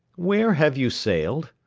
where have you sailed?